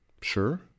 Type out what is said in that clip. Sure